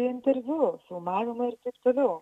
interviu filmavimų ir taip toliau